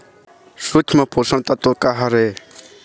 सूक्ष्म पोषक तत्व का हर हे?